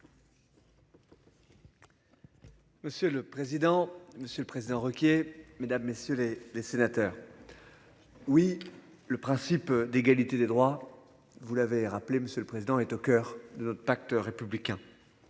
Monsieur le président. Monsieur le Président, Ruquier, mesdames messieurs les les sénateurs. Oui, le principe d'égalité des droits. Vous l'avez rappelé monsieur le président, est au coeur de notre pacte républicain.